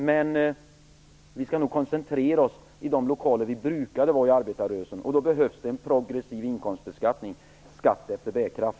Men vi skall nog koncentrera oss till de lokaler där vi brukade vara i arbetarrörelsen, och då behövs det en progressiv inkomstbeskattning, skatt efter bärkraft.